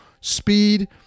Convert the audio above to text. speed